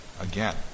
again